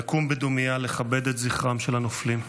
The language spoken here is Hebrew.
נקום בדומייה לכבד את זכרם של הנופלים.